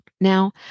Now